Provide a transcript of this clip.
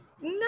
No